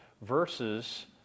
versus